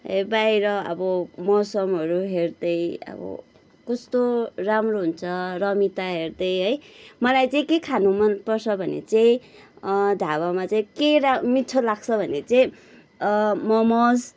बाहिर अब मौसमहरू हेर्दै अब कस्तो राम्रो हुन्छ रमिता हेर्दै है मलाई चाहिँ के खानु मन पर्छ भने चाहिँ ढाबामा चाहिँ केरा मिठो लाग्छ भने चाहिँ मोमोज